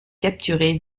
capturés